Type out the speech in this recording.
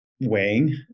weighing